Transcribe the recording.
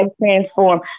transform